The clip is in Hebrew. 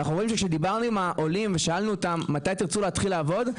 וכשדיברנו עם העולים ושאלנו אותם מתי תרצו להתחיל לעבוד,